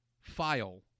file